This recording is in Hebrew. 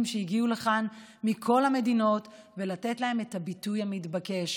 שהגיעו לכאן מכל המדינות ולתת להם את הביטוי המתבקש.